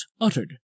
uttered